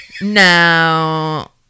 No